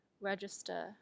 register